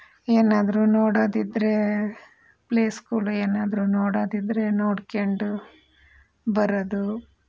ಏನಾದರೂ ನೋಡೋದಿದ್ದರೆ ಪ್ಲೇಸ್ಗಳು ಏನಾದರೂ ನೋಡೋದಿದ್ದರೆ ನೋಡಿಕೊಂಡು ಬರೋದು